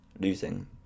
losing